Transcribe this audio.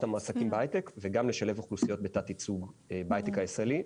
המועסקים בהייטק וגם לשלב אוכלוסיות בתת ייצוג בהייטק הישראלי,